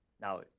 Now